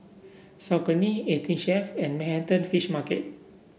Saucony Eighteen Chef and Manhattan Fish Market